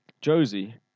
Josie